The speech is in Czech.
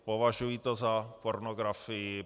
Považuji to za pornografii.